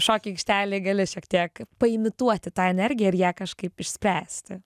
šokių aikštelėj gali šiek tiek paimituoti tą energiją ir ją kažkaip išspręsti